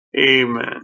Amen